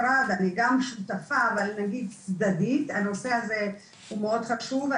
שותפה, אבל הנושא הזה הוא מאוד חשוב.